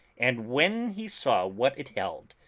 and when he saw what it held,